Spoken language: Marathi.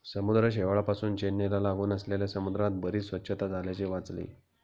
समुद्र शेवाळापासुन चेन्नईला लागून असलेल्या समुद्रात बरीच स्वच्छता झाल्याचे वाचले